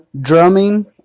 drumming